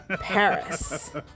Paris